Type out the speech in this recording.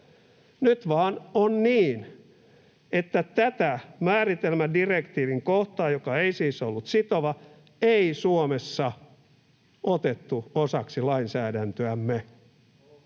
Nyt vain on niin, että tätä määritelmädirektiivin kohtaa, joka ei siis ollut sitova, ei Suomessa otettu osaksi lainsäädäntöämme.